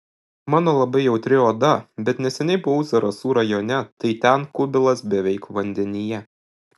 mano labai jautri oda bet neseniai buvau zarasų rajone tai ten kubilas beveik vandenyje